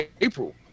April